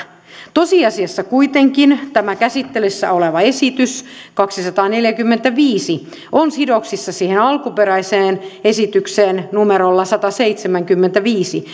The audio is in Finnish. tosiasiassa kuitenkin tämä käsittelyssä oleva esitys kaksisataaneljäkymmentäviisi on sidoksissa siihen alkuperäiseen esitykseen numerolla sataseitsemänkymmentäviisi